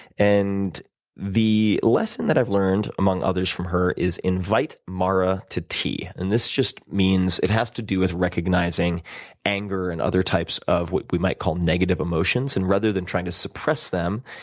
and the lesson that i've learned among others from her is invite mara to tea. and this just means it has to do with recognizing anger and other types of what we might call negative emotions, and rather than trying to suppress them,